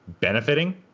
benefiting